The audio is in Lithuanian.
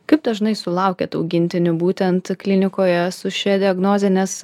kaip dažnai sulaukiate augintinių būtent klinikoje su šia diagnoze nes